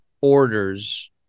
orders